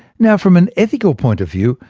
yeah from an ethical point of view,